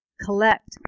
collect